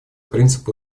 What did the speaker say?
принцип